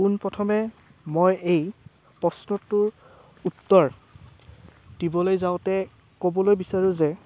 পোনপ্ৰথমে মই এই প্ৰশ্নটোৰ উত্তৰ দিবলৈ যাওঁতে ক'বলৈ বিচৰোঁ যে